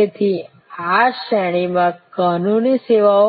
તેથી આ શ્રેણીમાં કાનૂની સેવાઓ